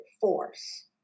force